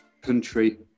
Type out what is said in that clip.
country